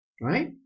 Right